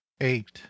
eight